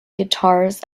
guitars